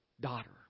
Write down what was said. Daughter